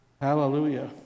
Hallelujah